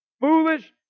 foolish